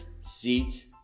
seats